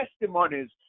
testimonies